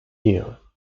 year